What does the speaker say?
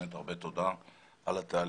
באמת הרבה תודה על התהליך.